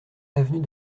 avenue